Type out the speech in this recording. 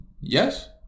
Yes